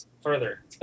further